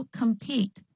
compete